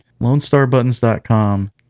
LoneStarButtons.com